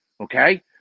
okay